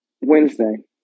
Wednesday